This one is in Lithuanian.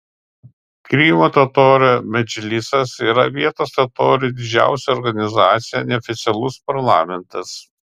krymo totorių medžlisas yra vietos totorių didžiausia organizacija neoficialus parlamentas